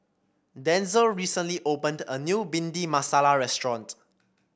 Denzil recently opened a new Bhindi Masala restaurant